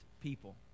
people